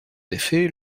effet